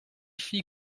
fit